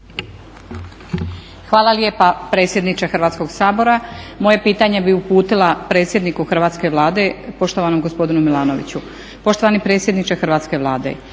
Hvala lijepa predsjedniče Hrvatskog sabora. Moje pitanje bi uputila predsjedniku Hrvatske Vlade poštovanom gospodinu Milanoviću. Poštovani predsjedniče Hrvatske Vlade,